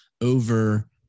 over